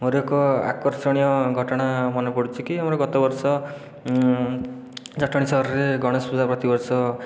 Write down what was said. ମୋର ଏକ ଆକର୍ଷଣୀୟ ଘଟଣା ମାନେ ପଡ଼ୁଛି କି ମୋର ଗତବର୍ଷ ଜଟଣୀ ସହରରେ ଗଣେଶ ପୂଜା ପ୍ରତିବର୍ଷ